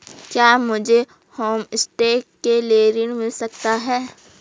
क्या मुझे होमस्टे के लिए ऋण मिल सकता है?